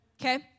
Okay